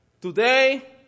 Today